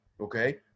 okay